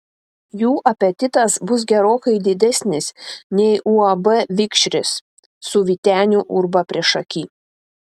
jų apetitas bus gerokai didesnis nei uab vikšris su vyteniu urba priešaky